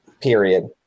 period